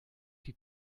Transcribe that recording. die